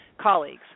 colleagues